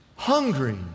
Hungry